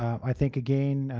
i think, again,